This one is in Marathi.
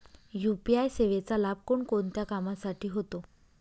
यू.पी.आय सेवेचा लाभ कोणकोणत्या कामासाठी होतो?